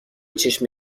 چشم